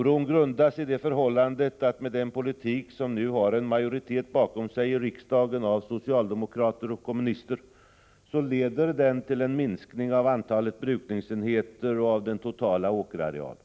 Oron grundas i det förhållandet att den politik som nu har en majoritet bakom sig i riksdagen av socialdemokrater och kommunister leder till en minskning av antalet brukningsenheter och av den totala åkerarealen.